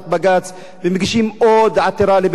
ומגישים עוד עתירה לבית-המשפט הגבוה